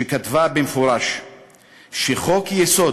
שכתבה במפורש שחוק-יסוד